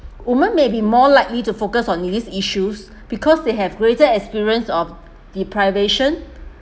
women may be more likely to focus on relief issues because they have greater experience of deprivation